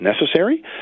necessary